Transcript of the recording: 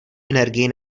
energii